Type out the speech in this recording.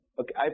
Okay